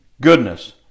goodness